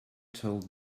told